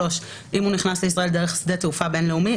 (3)אם הוא נכנס לישראל דרך שדה תעופה בין לאומי,